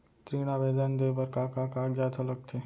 ऋण आवेदन दे बर का का कागजात ह लगथे?